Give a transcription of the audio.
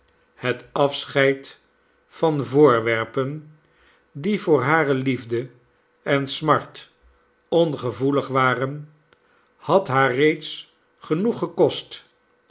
het afscheid van voorwerpen die voor hare liefde en smart ongevoelig waren had haar reeds genoeg gekost